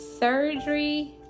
surgery